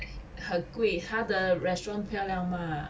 很贵他的 restaurant 漂亮 mah